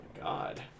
god